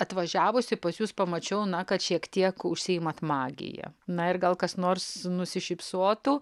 atvažiavusi pas jus pamačiau na kad šiek tiek užsiimat magija na ir gal kas nors nusišypsotų